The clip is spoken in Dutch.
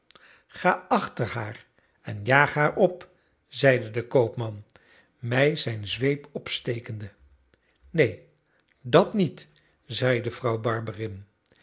ga achter haar en jaag haar op zeide de koopman mij zijn zweep opstekende neen dàt niet zeide vrouw